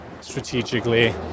strategically